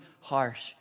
harsh